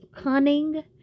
cunning